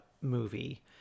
movie